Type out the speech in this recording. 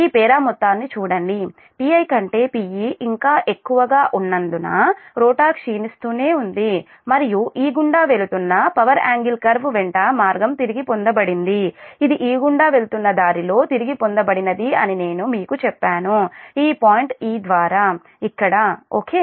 ఈ పేరా మొత్తాన్ని చూడండి Pi కంటే Pe ఇంకా ఎక్కువగా ఉన్నందున రోటర్ క్షీణిస్తూనే ఉంది మరియు e గుండా వెళుతున్న పవర్ యాంగిల్ కర్వ్ వెంట మార్గం తిరిగి పొందబడింది ఇది e గుండా వెళ్తున్న దారిలో తిరిగి పొందబడినది అని నేను మీకు చెప్పాను ఈ పాయింట్ 'e' ద్వారా ఇక్కడ ఓకే